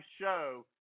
show